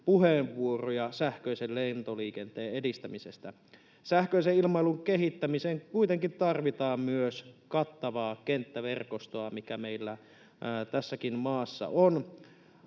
puheenvuoroja sähköisen lentoliikenteen edistämisestä. Sähköisen ilmailun kehittämiseen kuitenkin tarvitaan myös kattavaa kenttäverkostoa, mikä meillä tässäkin maassa on.